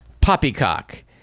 poppycock